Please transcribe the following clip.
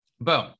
Boom